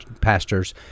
Pastors